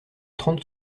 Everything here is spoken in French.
trente